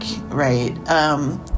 right